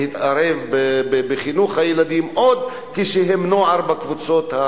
שיתערב בחינוך הילדים עוד כשהם בקבוצות נוער,